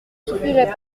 souffriraient